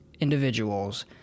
individuals